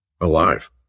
alive